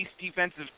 defensive